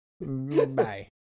Bye